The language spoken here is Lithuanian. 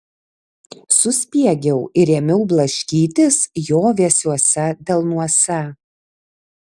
suspiegiau ir ėmiau blaškytis jo vėsiuose delnuose